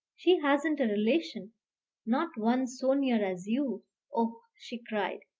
she hasn't a relation not one so near as you oh! she cried,